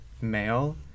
male